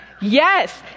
Yes